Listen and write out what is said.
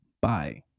Bye